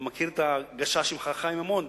אתה מכיר את הגשש עם חכם מימון?